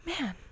man